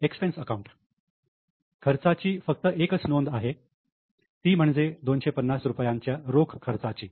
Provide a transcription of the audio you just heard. expense account खर्चाची फक्त एकच नोंद आहे ती म्हणजे 250 रुपयाच्या रोख खर्चाची